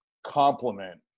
compliment